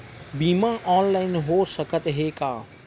बीमा ऑनलाइन हो सकत हे का?